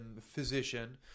physician